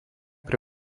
pre